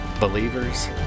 Believers